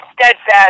steadfast